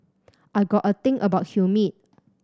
I got a thing about humid